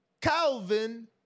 Calvin